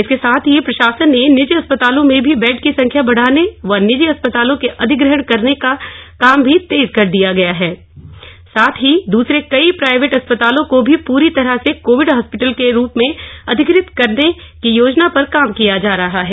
इसके साथ ही प्रशासन ने निजी अस्पतालों में भी बेड की संख्या बढ़ाने व निजी अस्पतालों के अधिग्रहण करने का काम भी तेज कर दिया गया है साथ ही दूसरे कई प्राइवेट अस्पतालों को भी पूरी तरह से कोविड हॉस्पिटल के रूप में अधिग्रहित करने की योजना पर काम किया जा रहा है